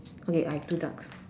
okay I have two ducks